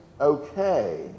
okay